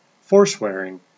forswearing